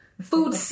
food